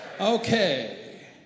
Okay